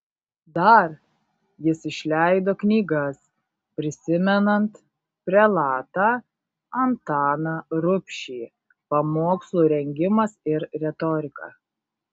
dar jis išleido knygas prisimenant prelatą antaną rubšį pamokslų rengimas ir retorika